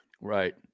Right